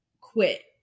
quit